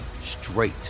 straight